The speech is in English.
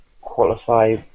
qualify